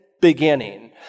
beginning